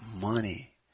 money